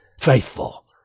faithful